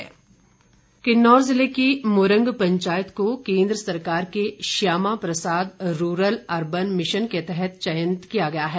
मूरंग पंचायत किन्नौर ज़िले की मूरंग पंचायत को केन्द्र सरकार के Shyama Prasad rural urban mission के तहत चयनित किया गया है